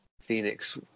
Phoenix